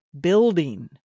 building